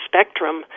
spectrum